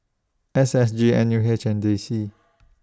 S S G N U H and D C